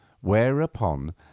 whereupon